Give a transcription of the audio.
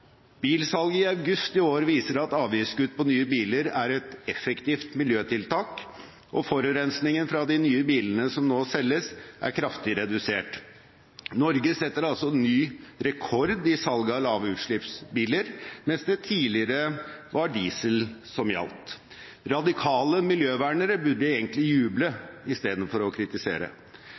Bilsalget i august i år viser at avgiftskutt på nye biler er et effektivt miljøtiltak, og forurensningen fra de nye bilene som nå selges, er kraftig redusert. Norge setter altså ny rekord i salg av lavutslippsbiler, mens det tidligere var diesel som gjaldt. Radikale miljøvernere burde egentlig juble istedenfor å kritisere.